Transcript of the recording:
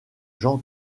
jean